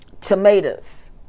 Tomatoes